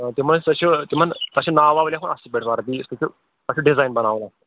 تِم ٲسۍ تۄہہِ چھُ تِمَن تۄہہِ چھُ ناو واو لِیَکھُن اَصٕل پٲٹھۍ وَردی سُہ چھُ تۄہہِ چھُ ڈِزایِن بَناوُن اَتھ